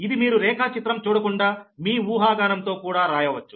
ఇది మీరు రేఖాచిత్రం చూడకుండా మీ ఊహాగానం తో కూడా రాయవచ్చు